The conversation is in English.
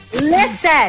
Listen